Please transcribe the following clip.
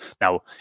Now